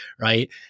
right